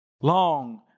Long